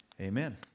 Amen